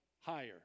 higher